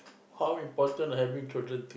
how important to having children